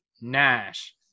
Nash